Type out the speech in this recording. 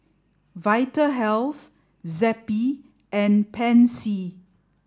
Vitahealth Zappy and Pansy